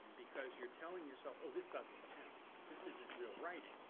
because you're telling yourself, oh, this doesn't count. this isn't real writing.